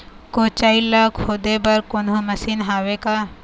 कोचई ला खोदे बर कोन्हो मशीन हावे का?